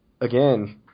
again